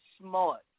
smart